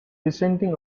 dissenting